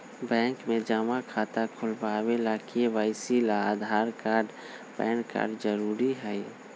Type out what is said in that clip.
bank में जमा खाता खुलावे ला के.वाइ.सी ला आधार कार्ड आ पैन कार्ड जरूरी हई